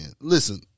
Listen